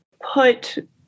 put